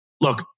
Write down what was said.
Look